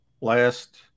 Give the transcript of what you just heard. last